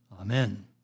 Amen